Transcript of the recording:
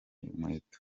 inkweto